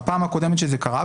בפעם הקודמת שזה קרה,